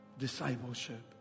discipleship